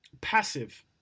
passive